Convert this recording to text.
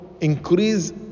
increase